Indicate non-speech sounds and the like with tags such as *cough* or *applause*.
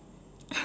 *laughs*